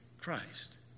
Christ